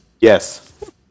Yes